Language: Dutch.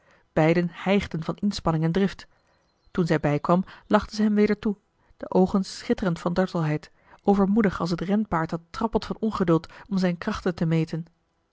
beiden hijgden van inspanning en drift toen zij bijkwam lachte zij hem weder toe de oogen schitterend van dartelheid overmoedig als het renpaard dat trappelt van ongeduld om zijn krachten te meten